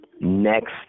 next